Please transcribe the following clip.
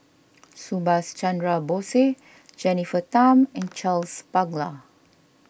Subhas Chandra Bose Jennifer Tham and Charles Paglar